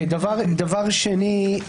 דבר שני,